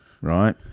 right